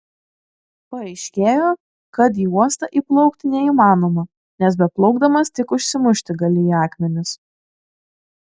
paaiškėjo kad į uostą įplaukti neįmanoma nes beplaukdamas tik užsimušti gali į akmenis